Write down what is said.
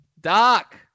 Doc